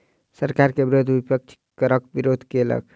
सरकार के विरुद्ध विपक्ष करक विरोध केलक